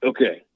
Okay